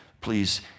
Please